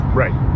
right